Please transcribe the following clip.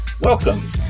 Welcome